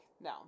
no